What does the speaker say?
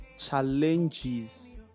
challenges